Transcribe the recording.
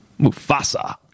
Mufasa